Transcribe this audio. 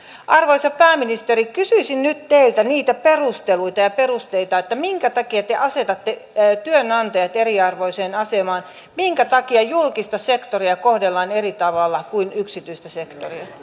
arvoisa pääministeri kysyisin nyt teiltä niitä perusteluita ja perusteita minkä takia te asetatte työnantajat eriarvoiseen asemaan minkä takia julkista sektoria kohdellaan eri tavalla kuin yksityistä sektoria